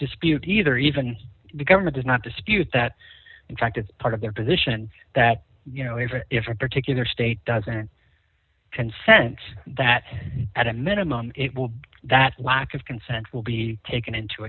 dispute either even the government does not dispute that in fact it's part of their position that you know even if a particular state doesn't consent that at a minimum it will that lack of consent will be taken into